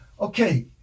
okay